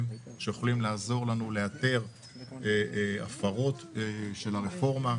שיכולים לעזור לנו לאתר הפרות של הרפורמה.